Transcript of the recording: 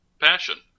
passion